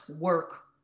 work